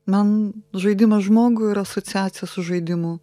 man žaidimas žmogų yra asociacijos su žaidimu